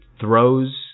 throws